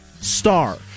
star